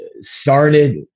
started